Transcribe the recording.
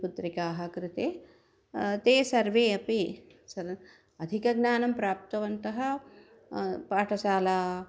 पुत्रिकाः कृते ते सर्वे अपि अधिकज्ञानं प्राप्तवन्तः पाठशाला